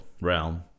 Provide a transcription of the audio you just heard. realm